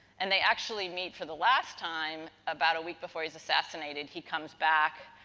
and, they actually meet for the last time about a week before he's assassinated. he comes back,